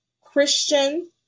Christian